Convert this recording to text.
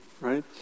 right